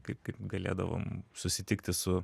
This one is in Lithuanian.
kai kai galėdavom susitikti su